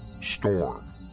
Storm